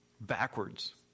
backwards